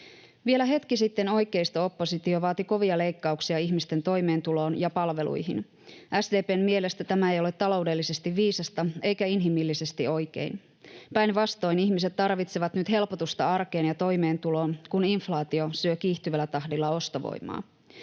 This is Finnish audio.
Vielä hetki sitten oikeisto-oppositio vaati kovia leikkauksia ihmisten toimeentuloon ja palveluihin. SDP:n mielestä tämä ei ole taloudellisesti viisasta eikä inhimillisesti oikein. Päinvastoin, ihmiset tarvitsevat nyt helpotusta arkeen ja toimeentuloon, kun inflaatio syö kiihtyvällä tahdilla ostovoimaa.